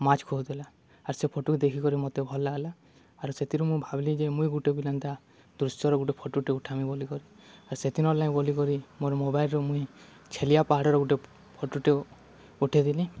ମାଛ୍ ଖୁଅଉ ଥିଲା ଆର୍ ସେ ଫଟୋକୁ ଦେଖିକରି ମତେ ଭଲ୍ ଲାଗ୍ଲା ଆର୍ ସେଥିରୁ ମୁଇଁ ଭାବ୍ଲି ଯେ ମୁଇଁ ଗୁଟେ ବି ଏନ୍ତା ଦୃଶ୍ୟର ଗୁଟେ ଫଟୋଟେ ଉଠାମି ବୋଲିକରି ଆର୍ ସେଥିରଲାଗି ବଲିକରି ମୋର୍ ମୋବାଇଲ୍ରେ ମୁଇଁ ଛେଲିଆ ପାହାଡ଼୍ର ଗୁଟେ ଫଟୋଟେ ଉଠେଇଦେଲି